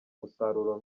musaruro